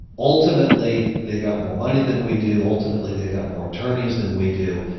ultimately, they've got more money than we do. ultimately, they've got more attorneys than we do.